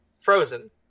Frozen